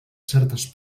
certes